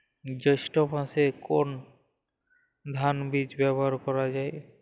জৈষ্ঠ্য মাসে কোন ধানের বীজ ব্যবহার করা যায়?